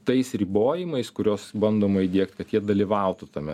tais ribojimais kuriuos bandoma įdiegt kad jie dalyvautų tame